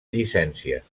llicències